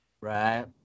Right